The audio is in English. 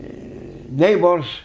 neighbors